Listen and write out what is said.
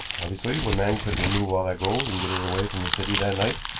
obviously one man couldn't remove all that gold and get it away from the city that night.